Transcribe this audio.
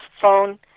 phone